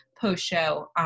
post-show